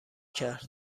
کرد